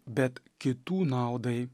bet kitų naudai